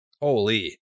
holy